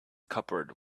cupboard